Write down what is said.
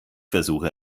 versuche